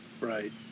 Right